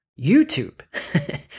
YouTube